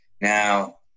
Now